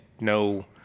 no